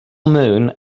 moon